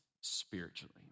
spiritually